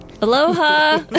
Aloha